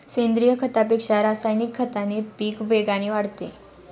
सेंद्रीय खतापेक्षा रासायनिक खताने पीक वेगाने वाढते